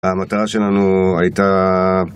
המטרה שלנו הייתה...